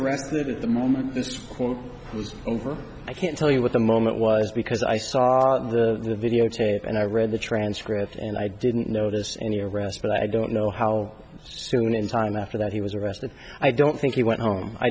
arrested at the moment i can't tell you what the moment was because i saw the videotape and i read the transcript and i didn't notice any arrest but i don't know how soon in time after that he was arrested i don't think he went home i